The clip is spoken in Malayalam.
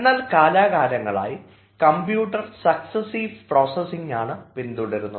എന്നാൽ കാലാകാലങ്ങളായി കമ്പ്യൂട്ടർ സക്സ്സസീവ് പ്രോസസിങ്ങാണ് പിന്തുടരുന്നത്